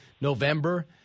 November